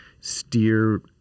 steer